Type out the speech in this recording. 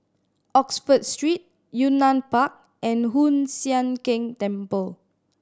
Oxford Street Yunnan Park and Hoon Sian Keng Temple